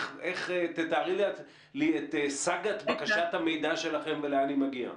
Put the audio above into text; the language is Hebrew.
תתארי לי את סאגת בקשת המידע שלכם ולאן היא מגיעה?